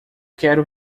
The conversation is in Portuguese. quero